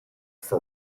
for